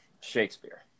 shakespeare